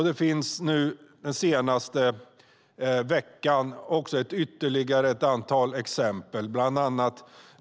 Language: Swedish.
Den senaste veckan har det kommit ytterligare exempel.